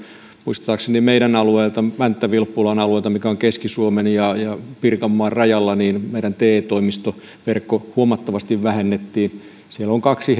muistaakseni meidän alueeltamme mänttä vilppulan alueelta mikä on keski suomen ja ja pirkanmaan rajalla te toimistoverkkoa huomattavasti vähennettiin kaksi